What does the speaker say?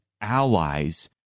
allies